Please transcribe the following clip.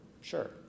Sure